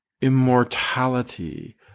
immortality